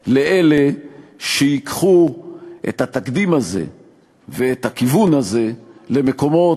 לאלה שייקחו את התקדים הזה ואת הכיוון הזה למקומות